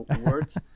words